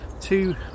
two